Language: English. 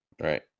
Right